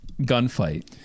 gunfight